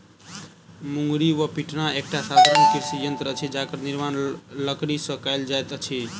मुंगरी वा पिटना एकटा साधारण कृषि यंत्र अछि जकर निर्माण लकड़ीसँ कयल जाइत अछि